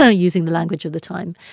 ah using the language of the time.